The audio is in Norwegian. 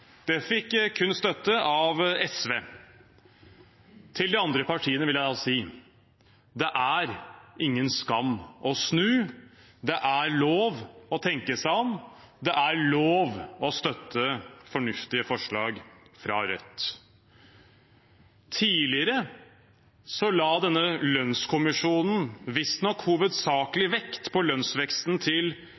Det fikk kun støtte av SV. Til de andre partiene vil jeg si: Det er ingen skam å snu. Det er lov å tenke seg om. Det er lov å støtte fornuftige forslag fra Rødt. Tidligere la denne lønnskommisjonen visstnok hovedsakelig vekt på